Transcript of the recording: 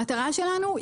המטרה שלנו,